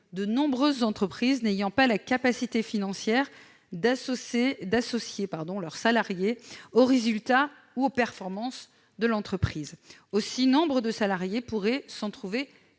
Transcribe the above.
de nombreuses entreprises n'ayant pas la capacité financière d'associer leurs salariés aux résultats ou aux performances. Nombre de salariés pourraient s'en trouver